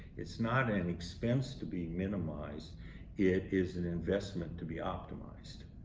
it's not an expense to be minimized it is an investment to be optimized.